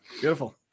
Beautiful